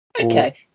Okay